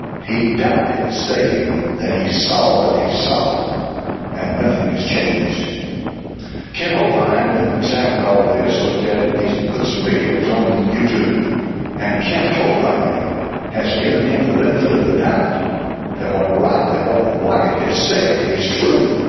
he died saying that he saw what he saw and nothing has changed kent hovind um and all of this looked at it and he's put some videos on youtube and kent hovind has given him the benefit of the doubt than what right that what wyatt has said is true.